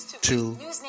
two